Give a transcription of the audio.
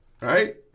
Right